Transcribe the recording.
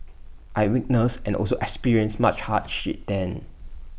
I witnessed and also experienced much hardship then